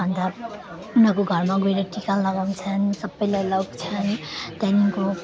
अन्त उनीहरूको घरमा गएर टिका लगाउँछन् सबैलाई लग्छन् त्यहाँदेखिको